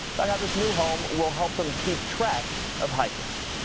about how this new home. will help them keep track of hikers.